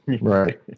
right